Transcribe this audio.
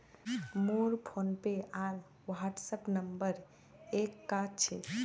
मोर फोनपे आर WhatsApp number एक क छेक